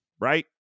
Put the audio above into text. right